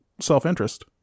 self-interest